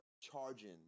charging